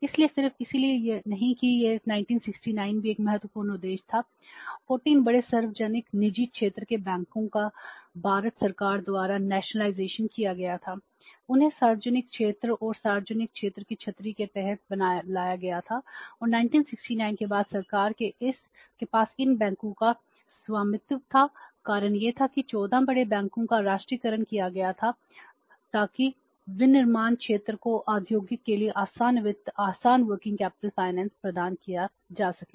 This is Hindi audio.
इसलिए सिर्फ इसलिए नहीं कि यह 1969 में भी एक महत्वपूर्ण उद्देश्य था 14 बड़े सार्वजनिक निजी क्षेत्र के बैंकों का भारत सरकार द्वारा राष्ट्रीयकरण प्रदान किया जा सके